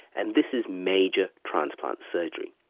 and this is major transplant surgery.